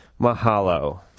mahalo